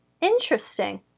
Interesting